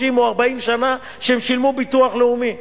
30 או 40 שנה שהם שילמו ביטוח לאומי.